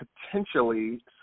potentially